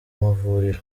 mavuriro